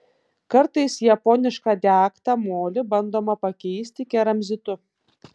kartais japonišką degtą molį bandoma pakeisti keramzitu